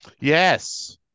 Yes